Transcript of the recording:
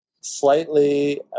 slightly